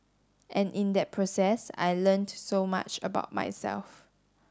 and in that process I learnt so much about myself